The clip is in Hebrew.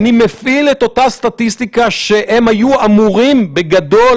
אני מפעיל את אותה סטטיסטיקה שהם היו אמורים בגדול